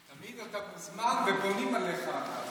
תמיד אתה מוזמן, ובונים עליך,